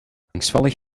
angstvallig